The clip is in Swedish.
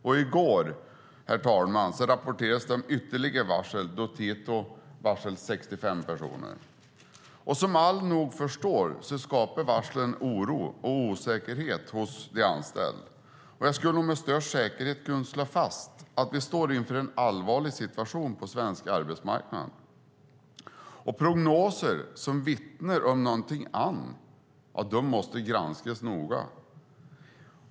I går, herr talman, rapporterades det om ytterligare varsel, då Tieto varslade 65 personer. Som alla nog förstår skapar varslen oro och osäkerhet hos de anställda. Jag skulle med största säkerhet kunna slå fast att vi står inför en allvarlig situation på den svenska arbetsmarknaden. Prognoser som vittnar om någonting annat måste granskas noga.